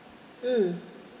mm